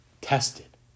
Tested